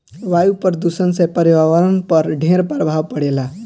वायु प्रदूषण से पर्यावरण पर ढेर प्रभाव पड़ेला